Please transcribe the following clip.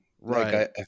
Right